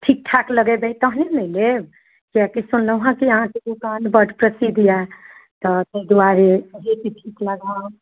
ठीकठाक लगेबै तखन ने लेब से कि सुनलहुँ हेँ जे अहाँकेँ दोकान बड़ प्रसिद्ध यए तऽ ताहि दुआरे रेट ठीकसँ लगाउ